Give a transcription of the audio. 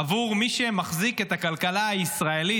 עבור מי שמחזיק את הכלכלה הישראלית,